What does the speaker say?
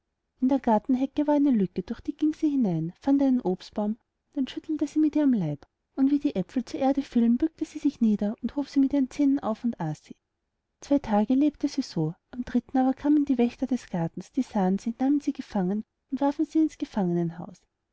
in der gartenhecke war eine lücke durch die ging sie hinein fand einen obstbaum den schüttelte sie mit ihrem leib und wie die aepfel zur erde fielen bückte sie sich nieder und hob sie mit ihren zähnen auf und aß sie zwei tage lebte sie so am dritten aber kamen die wächter des gartens die sahen sie nahmen sie gefangen und warfen sie ins gefangenhaus